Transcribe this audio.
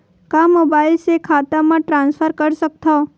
का मोबाइल से खाता म ट्रान्सफर कर सकथव?